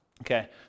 Okay